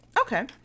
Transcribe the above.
Okay